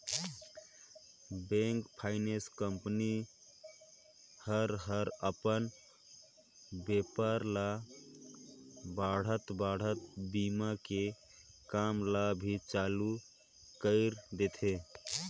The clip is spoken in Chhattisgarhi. बेंक, फाइनेंस कंपनी ह हर अपन बेपार ल बढ़ात बढ़ात बीमा के काम ल भी चालू कइर देथे